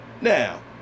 Now